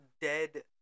dead